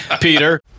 Peter